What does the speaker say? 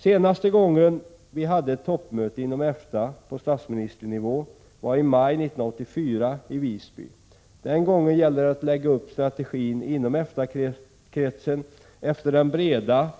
Senaste gången vi hade ett toppmöte inom EFTA på statsministernivå var i maj 1984 i Visby. Den gången gällde det att lägga upp strategin inom EFTA-kretsen efter den breda,